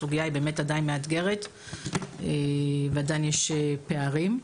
הסוגייה עדיין מאתגרת ועדיין יש פערים.